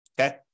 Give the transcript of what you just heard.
okay